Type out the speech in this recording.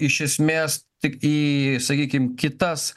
iš esmės tik į sakykim kitas